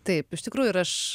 taip iš tikrųjų ir aš